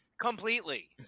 completely